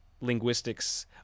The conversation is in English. linguistics